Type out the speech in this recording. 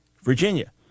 Virginia